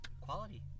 Quality